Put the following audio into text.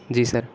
جی سر